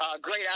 great